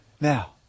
Now